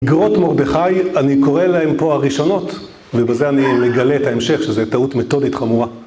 אגרות מרדכי, אני קורא להם פה הראשונות, ובזה אני מגלה את ההמשך שזו טעות מתודית חמורה